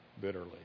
bitterly